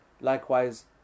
likewise